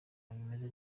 bimeze